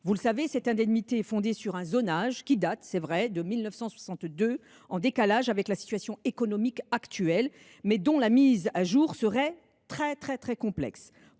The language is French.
Vous le savez, cette indemnité est fondée sur un zonage qui date de 1962, en décalage avec la situation économique actuelle. Cependant, sa mise à jour serait très complexe.